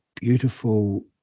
beautiful